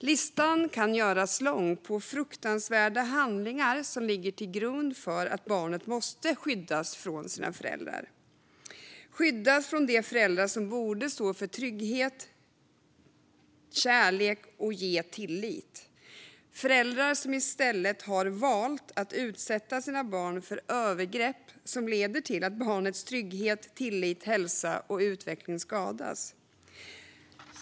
Listan kan göras lång på fruktansvärda handlingar som ligger till grund för att barnet måste skyddas från föräldrar som borde stå för trygghet och kärlek och ge tillit men som i stället har valt att utsätta sina barn för övergrepp som leder till att barnets trygghet, tillit, hälsa och utveckling skadas.